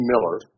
Miller